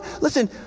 Listen